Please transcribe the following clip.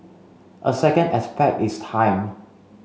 a second aspect is time